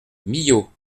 millau